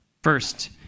First